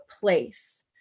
place